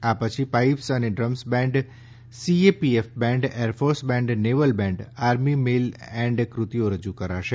આ પછી pipes and drums band CAPF band air force band naval band army મિલ band કૃતિઓ રજુ કરશે